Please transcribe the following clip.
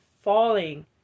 falling